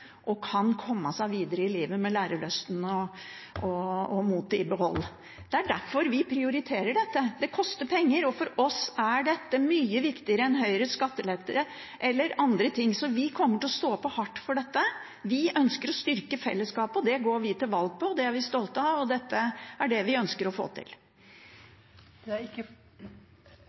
og kan komme seg videre i livet med lærelysten og motet i behold. Det er derfor vi prioriterer dette. Det koster penger, og for oss er dette mye viktigere enn Høyres skattelette eller andre ting, så vi kommer til å stå på hardt for dette. Vi ønsker å styrke fellesskapet, og det går vi til valg på. Det er vi stolte av, og dette er det vi ønsker å få til. Jeg takker for svaret. Vi registrerer at SV har problemer med å prioritere, det